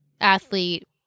athlete